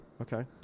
okay